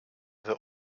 their